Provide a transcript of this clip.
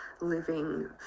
living